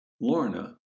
Lorna